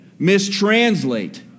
mistranslate